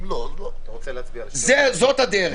זאת הדרך.